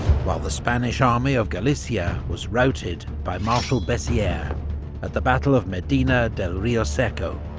while the spanish army of galicia was routed by marshal bessieres at the battle of medina del rioseco.